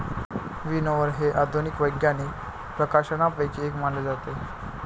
विनओवर हे आधुनिक वैज्ञानिक प्रकाशनांपैकी एक मानले जाते